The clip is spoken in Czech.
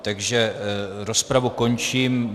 Takže rozpravu končím.